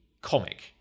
comic